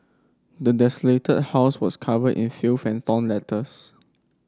the desolated house was covered in filth and torn letters